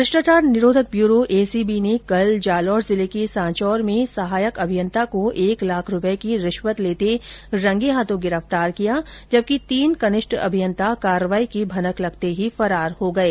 भ्रष्टाचार निरोधक bureau ACB ने कल जालौर जिले के सांचौर में सहायक अभियंता को एक लाख रुपए की रिश्वत लेते रंगे हाथों गिरफ्तार किया जबकि तीन कनिष्ठ अभियंता कार्रवाई की भनक लगते ही फरार हो गये